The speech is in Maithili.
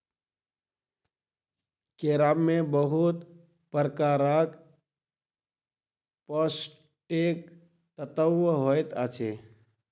केरा में बहुत प्रकारक पौष्टिक तत्व होइत अछि